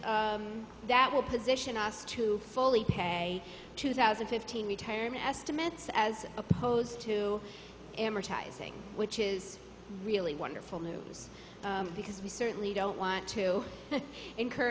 that will position us to fully pay two thousand and fifteen retirement estimates as opposed to amortizing which is really wonderful news because we certainly don't want to incur